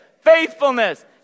Faithfulness